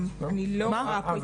אני לא רואה פה התייחסות.